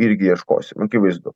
irgi ieškosim akivaizdu